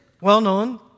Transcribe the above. well-known